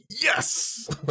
yes